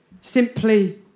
simply